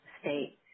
state